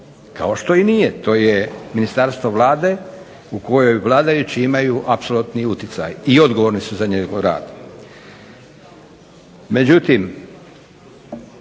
kao što i nije. To je ministarstvo vlade u kojoj vladajući imaju apsolutni utjecaj i odgovorni su za njihov rad.